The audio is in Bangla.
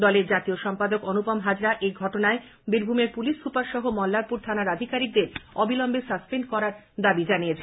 দলের জাতীয় সম্পাদক অনুপম হাজরা এই ঘটনায় বীরভূমের পুলিশ সুপার সহ মল্লারপুর থানার আধিকারিকদের অবিলম্বে সাসপেন্ড করার দাবি জানিয়েছেন